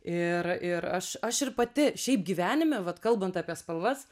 ir ir aš aš ir pati šiaip gyvenime vat kalbant apie spalvas